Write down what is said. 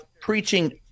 preaching